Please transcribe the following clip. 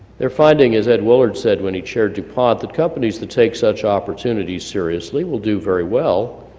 they're finding, as ed woolard said, when he chaired dupont, that companies that take such opportunities seriously will do very well,